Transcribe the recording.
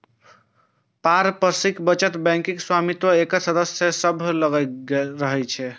पारस्परिक बचत बैंकक स्वामित्व एकर सदस्य सभ लग रहै छै